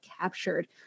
captured